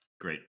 Great